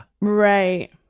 right